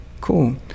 cool